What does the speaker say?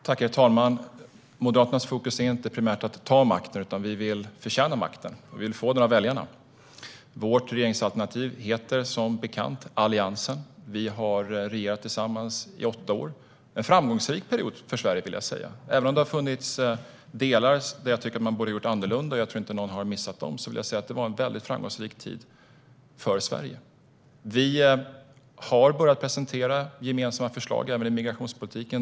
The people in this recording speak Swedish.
Herr talman! Moderaternas fokus är inte primärt att ta makten, utan vi vill förtjäna makten. Vi vill få den av väljarna. Vårt regeringsalternativ heter som bekant Alliansen, och vi har regerat tillsammans i åtta år. Det var en framgångsrik period för Sverige, vill jag säga. Även om det har funnits delar där jag tycker att man borde ha gjort annorlunda - jag tror inte att någon har missat dem - vill jag säga att det var en väldigt framgångsrik tid för Sverige. Vi har börjat presentera gemensamma förslag även i migrationspolitiken.